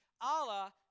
Allah